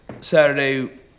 Saturday